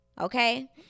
okay